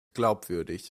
glaubwürdig